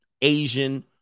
Asian